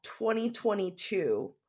2022